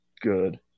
good